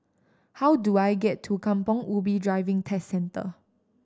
how do I get to Kampong Ubi Driving Test Centre